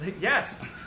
Yes